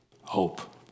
hope